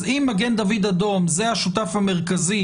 אז אם מגן דוד אדום זה השותף המרכזי